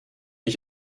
ich